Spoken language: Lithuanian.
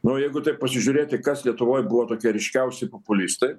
nu jeigu taip pasižiūrėti kas lietuvoj buvo tokie ryškiausi populistai